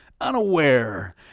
unaware